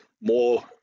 more